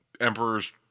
emperor's